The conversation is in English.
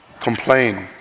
Complain